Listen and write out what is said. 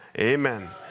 amen